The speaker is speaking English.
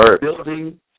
building